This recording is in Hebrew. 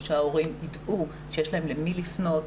שההורים ידעו שיש להם למי לפנות.